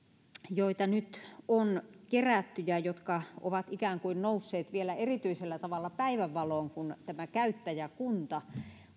joita nyt on kerätty ja jotka ovat ikään kuin nousseet vielä erityisellä tavalla päivänvaloon kun tämä käyttäjäkunta